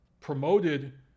promoted